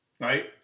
right